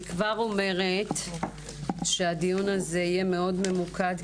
אני כבר אומרת שהדיון הזה יהיה מאוד ממוקד,